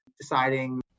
deciding